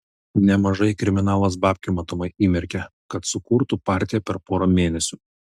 nemažai kriminalas babkių matomai įmerkė kad sukurtų partiją per porą mėnesių